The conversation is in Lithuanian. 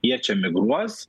jie čia migruos